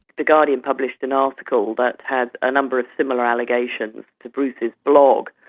the guardian published an article that had a number of similar allegations to bruce's blog,